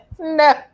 No